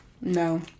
No